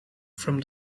from